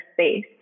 space